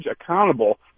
accountable